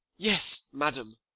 yes, madam,